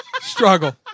Struggle